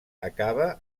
acaba